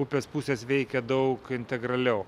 upės pusės veikia daug integraliau